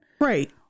right